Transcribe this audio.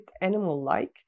animal-like